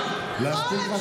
ואחריו,